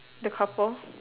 the couple